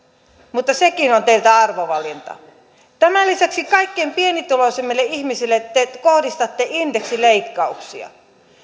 mutta sekin on teiltä arvovalinta tämän lisäksi kaikkein pienituloisimmille ihmisille te kohdistatte indeksileikkauksia